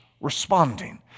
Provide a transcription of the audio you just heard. responding